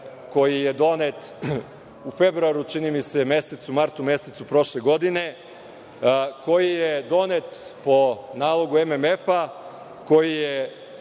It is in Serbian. koji je donet u februaru, čini mi se, mesecu martu prošle godine, a koji je donet po nalogu MMF